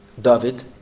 David